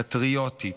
פטריוטית,